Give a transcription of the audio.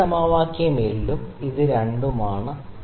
ഇത് സമവാക്യം 1 ഉം ഇത് സമവാക്യം 2 ഉം ആണ്